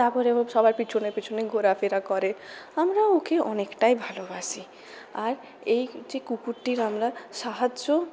তাপরে ও সবার পিছনে পিছনে ঘোরাফেরা করে আমরাও ওকে অনেকটাই ভালোবাসি আর এই যে কুকুরটির আমরা সাহায্য